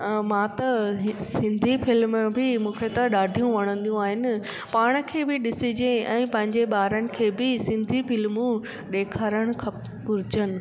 मां त सिंधी फिल्म बि मूंखे त ॾाढियूं वणंदियूं आहिनि पाण खे बि ॾिसिजे ऐं पंहिंजे ॿारनि खे बि सिंधी फ्लिमूं ॾेखारण खपजनि